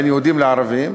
בין יהודים לערבים,